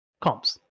comps